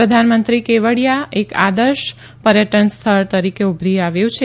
પ્રધાનમંત્રી કેવડિયા એક આદર્શ પર્યટન સ્થળ તરીકે ઉભરી આવ્યું છે